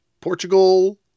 Portugal